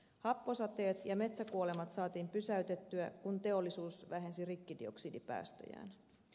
happosateet ja metsäkuolemat saatiin pysäytettyä kun teollisuus vähensi rikkidioksidipäästöjään